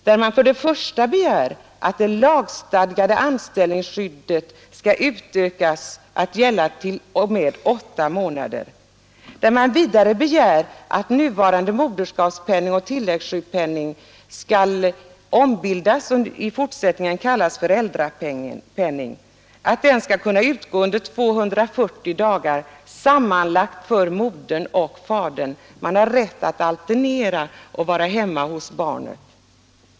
Där begär man att det lagstadgade anställningsskyddet skall utökas och gälla t.o.m. åtta månader, och man begär vidare att nuvarande moderskapspenning och tilläggssjukpenning skall ombildas och i fortsättningen kallas föräldrapenning, som skall kunna utgå under 240 dagar sammanlagt för modern och fadern föräldrarna skall ha rätt att alternera och vara hemma hos barnen.